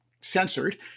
censored